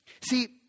See